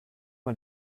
mal